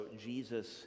Jesus